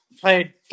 played